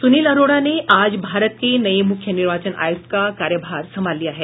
सुनील अरोड़ा ने आज भारत के नये मूख्य निर्वाचन आयुक्त का कार्यभार संभाल लिया है